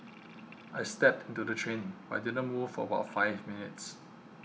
I stepped to the train but it didn't move for about five minutes